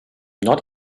not